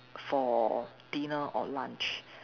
for dinner or lunch